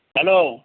hello